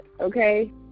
Okay